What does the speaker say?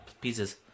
pieces